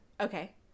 Okay